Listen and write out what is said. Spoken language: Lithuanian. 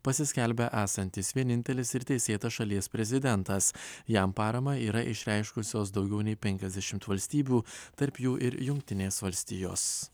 pasiskelbė esantis vienintelis ir teisėtas šalies prezidentas jam paramą yra išreiškusios daugiau nei penkiasdešimt valstybių tarp jų ir jungtinės valstijos